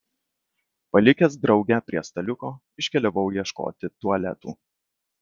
palikęs draugę prie staliuko iškeliavau ieškoti tualetų